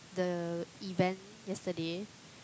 the event yesterday